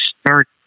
start